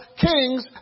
kings